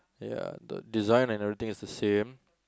ya the design everything is the same